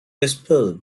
whispered